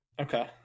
Okay